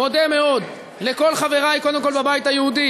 כבר אז התרענו על העניין.